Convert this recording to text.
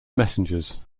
messengers